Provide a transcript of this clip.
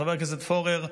חבר הכנסת פורר,